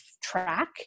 track